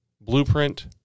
blueprint